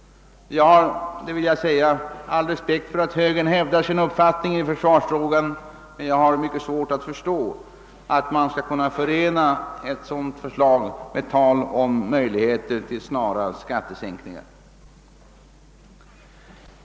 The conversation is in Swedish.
Jag har — det vill jag säga — all respekt för att högern hävdar sin uppfattning i försvarsfrågan, men jag har mycket svårt för att förstå hur man skall kunna förena ett sådant förslag med talet om möjligheterna till snara skattesänkningar.